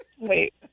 Wait